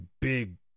big